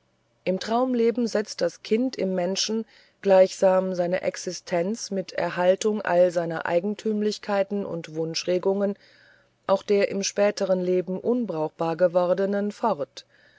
im traumleben setzt das kind im menschen gleichsam seine existenz mit erhaltung all seiner eigentümlichkeiten und wunschregungen auch der im späteren leben unbrauchbar gewordenen fort